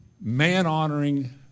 man-honoring